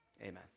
Amen